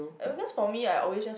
uh because for me I always just want